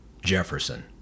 Jefferson –